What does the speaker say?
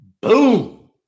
boom